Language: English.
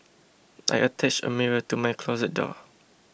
I attached a mirror to my closet door